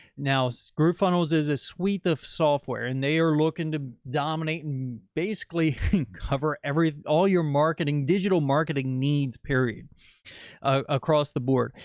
now so groovefunnels is a suite of software and they are looking to. dominate and basically cover every, all your marketing, digital marketing needs period across the board.